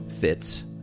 fits